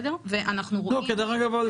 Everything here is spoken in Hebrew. דרך אגב,